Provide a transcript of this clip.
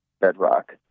bedrock